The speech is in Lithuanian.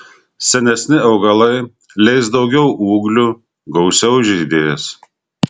senesni augalai leis daugiau ūglių gausiau žydės